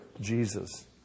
Jesus